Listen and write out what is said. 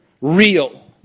real